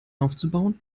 aufzubauen